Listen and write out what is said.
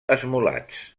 esmolats